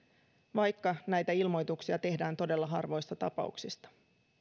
vaikka näitä ilmoituksia tehdään todella harvoista tapauksista